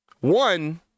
One